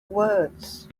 words